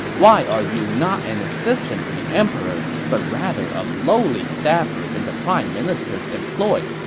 why are you not an assistant to the emperor, but rather a lowly staffer in the prime minister's employ?